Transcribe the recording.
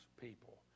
people